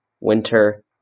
winter